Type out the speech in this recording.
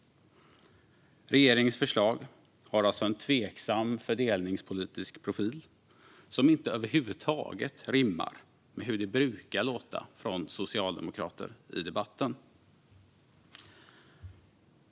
Regeringens förslag har alltså en tveksam fördelningspolitisk profil som inte över huvud taget rimmar med hur det brukar låta från socialdemokrater i debatten.